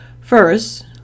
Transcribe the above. First